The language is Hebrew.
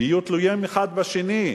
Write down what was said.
יהיו תלויים אחד בשני,